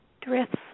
drifts